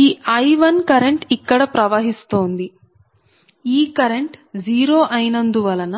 ఈ I1 current ఇక్కడ ప్రవహిస్తోంది ఈ కరెంట్ 0 అయినందు వలన